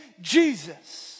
Jesus